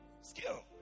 skill